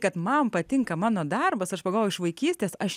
kad man patinka mano darbas aš pagalvojau iš vaikystės aš